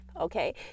okay